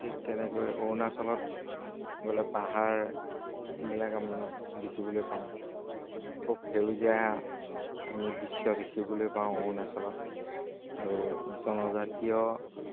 ঠিক তেনেকৈ অৰুণাচলত গ'লে পাহাৰবিলাক আমি দেখিবলৈ পাওঁ খুব সেউজীয়া আমি দৃশ্য দেখিবলৈ পাওঁ অৰুণাচলত আৰু জনজাতীয়